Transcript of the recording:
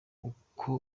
uko